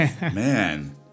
Man